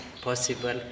possible